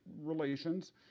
relations